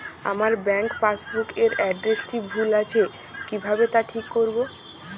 আমার bank passbook এর এড্রেসটি ভুল আছে কিভাবে তা ঠিক করবো?